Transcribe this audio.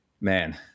man